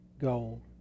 goal